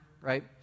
right